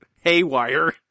Haywire